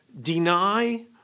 deny